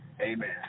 Amen